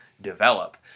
develop